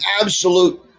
absolute